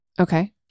Okay